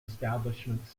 establishment